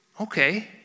okay